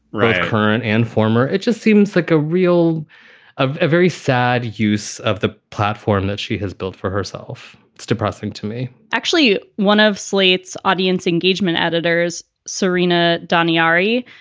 right. current and former. it just seems like a real a very sad use of the platform that she has built for herself. it's depressing to me actually, one of slate's audience engagement editors, serena donna ari,